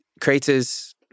creators